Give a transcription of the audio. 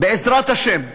בעזרת השם,